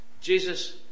Jesus